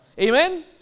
amen